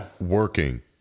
working